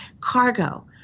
Cargo